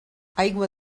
aigua